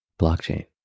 blockchain